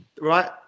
Right